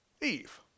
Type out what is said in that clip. Eve